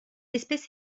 espèce